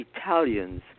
Italians